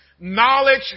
knowledge